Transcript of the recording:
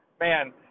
man